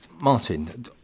Martin